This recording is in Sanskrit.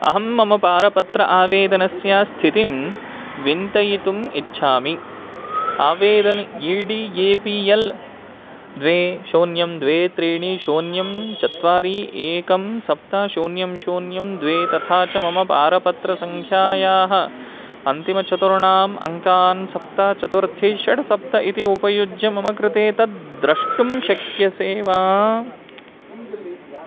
अहं मम पारपत्रम् आवेदनस्य स्थितिं चिन्तयितुम् इच्छामि आवेदनम् E D A P L द्वे शून्यं द्वे त्रीणि शून्यं चत्वारि एकं सप्त शून्यं शून्यं द्वे तथा च मम पारपत्रसङ्ख्यायाः अन्तिमचतुर्णाम् अङ्कानां सप्त चतुर्थी षड् सप्त इति उपयुज्य मम कृते तद् द्रष्टुं शक्यसे वा